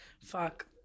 Fuck